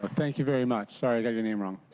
but thank you very much. sorry i got your name wrong.